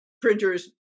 printers